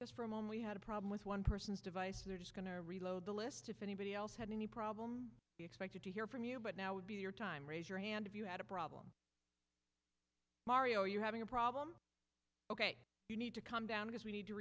this from on we had a problem with one person's device they're just going to reload the list if anybody else had any problem expected to hear from you but now would be your time raise your hand if you had a problem mario you having a problem ok you need to calm down because we need to